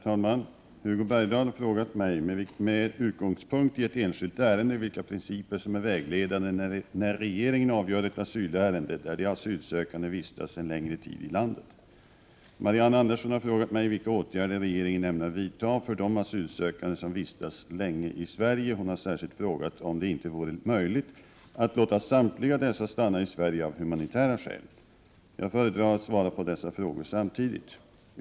Herr talman! Hugo Bergdahl har frågat mig, med utgångspunkt i ett enskilt ärende, vilka principer som är vägledande när regeringen avgör ett asylärende, där de asylsökande vistats en längre tid i landet. Marianne Andersson har frågat mig vilka åtgärder regeringen ämnar vidta för de asylsökande som vistats länge i Sverige. Hon har särskilt frågat om det inte vore möjligt att låta samtliga dessa stanna i Sverige av humanitära skäl. Jag föredrar att svara på dessa frågor samtidigt.